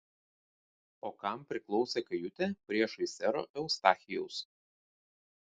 o kam priklausė kajutė priešais sero eustachijaus